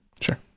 Sure